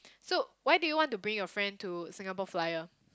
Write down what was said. so why do you want to bring your friend to Singapore-Flyer